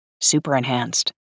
super-enhanced